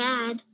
Dad